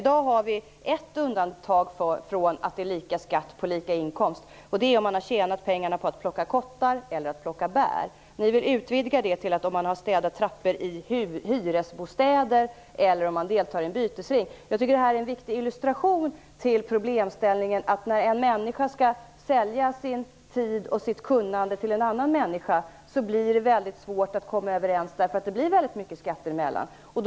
I dag har vi ett undantag från regeln om lika skatt på lika inkomst, nämligen om man har tjänat pengarna på att plocka kottar eller bär. Ni vill utvidga det till städning i trappor i hyresbostäder eller deltagande i bytesring. Det här tycker jag är en viktig illustration av problemet att när en människa skall sälja sin tid och sitt kunnande till en annan människa blir det svårt att komma överens. Det blir nämligen väldigt mycket skatter människorna emellan.